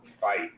fight